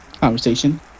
conversation